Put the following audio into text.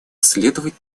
следовать